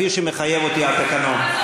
כפי שמחייב אותי התקנון,